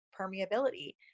permeability